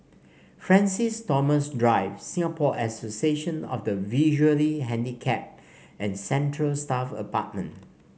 Francis Thomas Drive Singapore Association of the Visually Handicapped and Central Staff Apartment